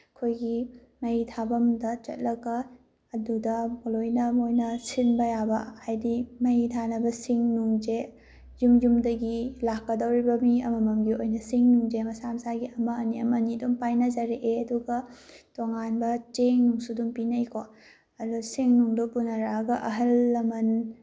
ꯑꯩꯈꯣꯏꯒꯤ ꯃꯩ ꯊꯥꯕꯝꯗ ꯆꯠꯂꯒ ꯑꯗꯨꯗ ꯂꯣꯏꯅ ꯃꯣꯏꯅ ꯁꯤꯟꯕ ꯌꯥꯕ ꯍꯥꯏꯗꯤ ꯃꯩ ꯊꯥꯅꯕ ꯁꯤꯡ ꯅꯨꯡꯁꯦ ꯌꯨꯝ ꯌꯨꯝꯗꯒꯤ ꯂꯥꯛꯀꯗꯧꯔꯤꯕ ꯃꯤ ꯑꯃꯃꯝꯒꯤ ꯑꯣꯏꯅ ꯁꯤꯡ ꯅꯨꯡꯁꯦ ꯃꯁꯥ ꯃꯁꯥꯒꯤ ꯑꯃ ꯑꯅꯤ ꯑꯃꯅꯤ ꯑꯗꯨꯝ ꯄꯥꯏꯅꯖꯔꯛꯑꯦ ꯑꯗꯨꯒ ꯇꯣꯉꯥꯟꯕ ꯆꯦꯡ ꯅꯨꯡꯁꯨ ꯑꯗꯨꯝ ꯄꯤꯅꯩꯀꯣ ꯑꯗꯨ ꯁꯤꯡ ꯅꯨꯡꯗꯨ ꯄꯨꯅꯔꯛꯑꯒ ꯑꯍꯜ ꯂꯃꯟ